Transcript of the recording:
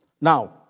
Now